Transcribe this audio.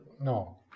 No